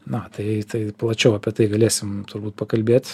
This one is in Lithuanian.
na tai tai plačiau apie tai galėsim turbūt pakalbėt